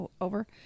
over